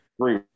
Three